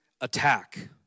attack